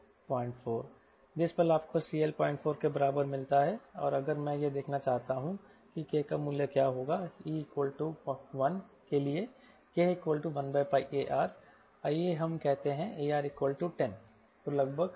04 जिस पल आपको CL 04 के बराबर मिलता है और अगर मैं यह देखना चाहता हूं कि K का मूल्य क्या होगा e 1 के लिए K1πAR आइए हम कहते हैं AR 10 तो K लगभग 003 है